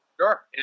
Sure